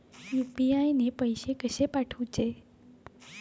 UPI ने पैशे कशे पाठवूचे?